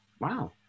Wow